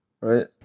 Right